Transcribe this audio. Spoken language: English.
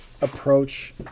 approach